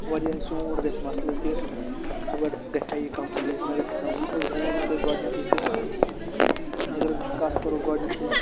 واریاہ زژوٗنٛٹھ گژھِےمَسلہٕ کہِ خبر گژھِے یہِ کَمپٕلیٖٹ نہَ گژھِے کَمپلیٖٹس بہٕ وَنو تۄہہِ گۄڈنٮٚتھٕے کہِ اگر أسۍ کَتھ کَرو گۄڈنٮ۪تھٕے